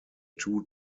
two